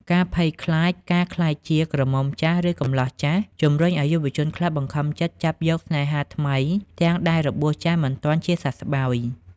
ការភ័យខ្លាចការក្លាយជា "ក្រមុំចាស់" ឬ "កំលោះចាស់" ជំរុញឱ្យយុវជនខ្លះបង្ខំចិត្តចាប់យកស្នេហាថ្មីទាំងដែលរបួសចាស់មិនទាន់ជាសះស្បើយ។